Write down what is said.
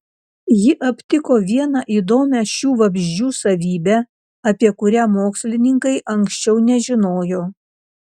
ji aptiko vieną įdomią šių vabzdžių savybę apie kurią mokslininkai anksčiau nežinojo